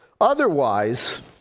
Otherwise